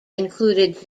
included